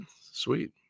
sweet